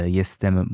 jestem